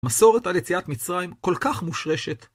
מסורת על יציאת מצרים כל כך מושרשת.